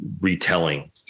retelling